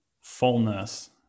fullness